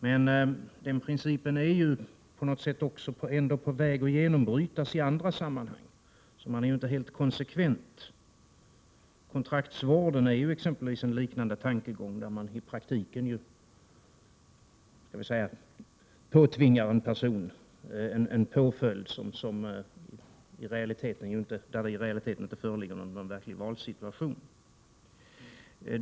Men denna princip för behandling är på väg att bryta igenom i andra sammanhang. Man är alltså inte helt konsekvent. Kontraktsvården exempelvis bygger på en liknande tankegång, där man i praktiken påtvingar en person en påföljd där det i realiteten inte föreligger någon verklig valsituation.